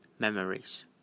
memories